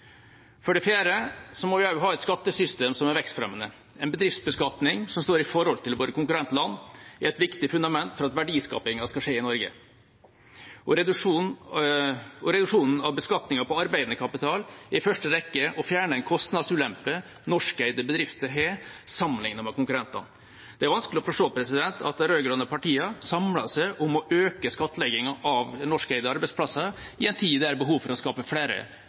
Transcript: For det fjerde må vi også ha et skattesystem som er vekstfremmende. En bedriftsbeskatning som står i forhold til våre konkurrentland, er et viktig fundament for at verdiskapingen skal skje i Norge. Reduksjonen av beskatningen på arbeidende kapital er i første rekke å fjerne en kostnadsulempe norskeide bedrifter har, sammenlignet med konkurrentene. Det er vanskelig å forstå at de rød-grønne partiene samler seg om å øke skattleggingen av norskeide arbeidsplasser i en tid der det er behov for å skape flere